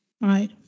right